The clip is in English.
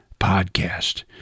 podcast